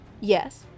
Yes